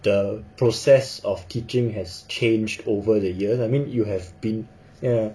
the process of teaching has changed over the years I mean you have been ya